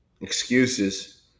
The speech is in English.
excuses